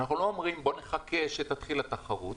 אנחנו לא מחכים שתתחיל התחרות,